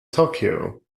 tokyo